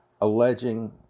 alleging